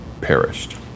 perished